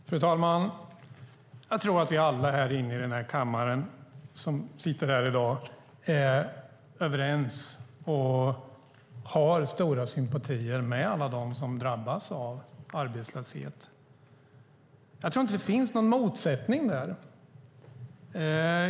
Fru talman! Jag tror att vi alla som sitter i denna kammare i dag är överens och har stora sympatier med dem som drabbas arbetslöshet. Jag tror inte att det finns någon motsättning där.